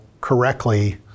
correctly